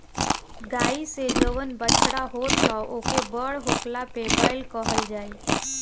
गाई से जवन बछड़ा होत ह ओके बड़ होखला पे बैल कहल जाई